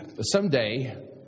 someday